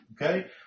Okay